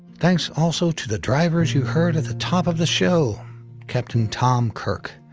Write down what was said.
thanks also to the drivers you heard at the top of the show captain tom kyrk,